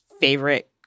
favorite